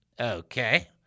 okay